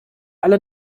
alle